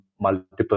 multiple